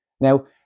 Now